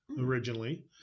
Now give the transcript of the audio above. originally